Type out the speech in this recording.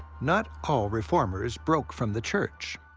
not all reformers broke from the church.